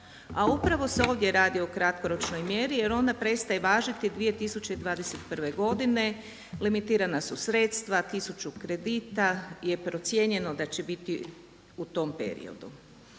a upravo se ovdje radi o kratkoročnoj mjeri jer ona prestaje važiti 2021. godine. Limitirana su sredstva, 1000 kredita je procijenjeno da će biti u tom periodu.